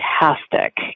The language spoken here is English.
fantastic